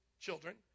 children